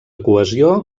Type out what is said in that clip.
cohesió